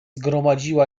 gromadziła